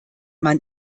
man